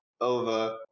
over